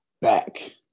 back